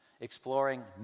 exploring